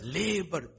labor